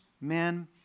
men